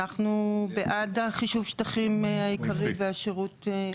אנחנו בעד חישוב השטחים העיקרי והשירות.